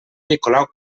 nicolau